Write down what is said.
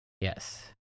Yes